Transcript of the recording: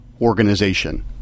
organization